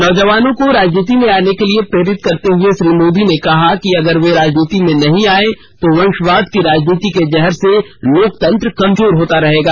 नौजवानों को राजनीति में आने के लिए प्रेरित करते हुए श्री मोदी ने कहा कि अगर वे राजनीति में नहीं आये तो वंशवाद की राजनीति के जहर से लोकतंत्र कमजोर होता रहेगा